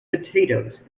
potatoes